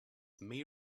may